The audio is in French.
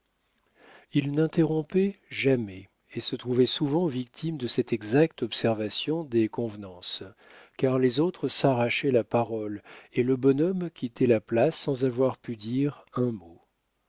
il n'interrompait jamais et se trouvait souvent victime de cette exacte observation des convenances car les autres s'arrachaient la parole et le bonhomme quittait la place sans avoir pu dire un mot